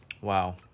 Wow